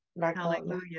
Hallelujah